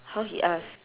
how he ask